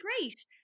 great